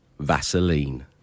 Vaseline